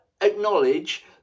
acknowledge